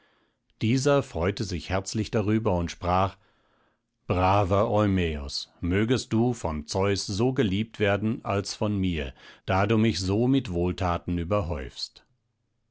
dieser freute sich herzlich darüber und sprach braver eumäos mögest du vom zeus so geliebt werden als von mir da du mich so mit wohlthaten überhäufst